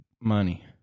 money